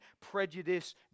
prejudice